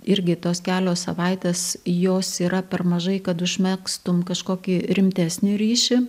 irgi tos kelios savaitės jos yra per mažai kad užmegztum kažkokį rimtesnį ryšį